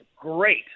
Great